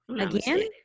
Again